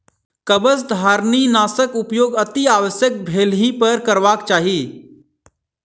कवचधारीनाशक उपयोग अतिआवश्यक भेलहिपर करबाक चाहि